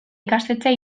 ikastetxe